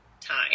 time